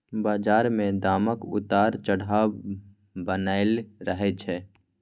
बजार मे दामक उतार चढ़ाव बनलै रहय छै